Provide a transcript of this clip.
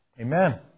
Amen